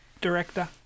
director